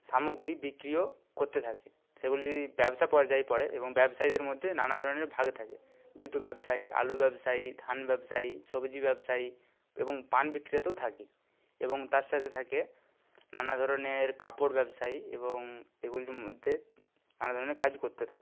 সামগ্রী বিক্রিও করতে থাকে সেগুলি ব্যবসা পর্যায়ে পড়ে এবং ব্যবসায়ীদের মধ্যে নানা ধরনের ভাগ থাকে জুতো ব্যবসায়ী আলু ব্যবসায়ী ধান ব্যবসায়ী সবজি ব্যবসায়ী এবং পান বিক্রেতাও থাকে এবং তার সাথে থাকে নানা ধরনের কাপড় ব্যবসায়ী এবং এগুলির মধ্যে নানা ধরনের কাজ করতে থাকে